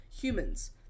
humans